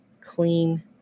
clean